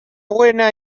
buena